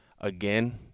again